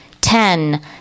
ten